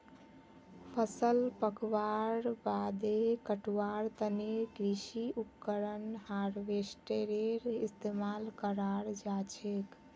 फसल पकवार बादे कटवार तने कृषि उपकरण हार्वेस्टरेर इस्तेमाल कराल जाछेक